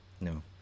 no